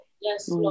Yes